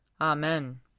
Amen